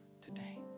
today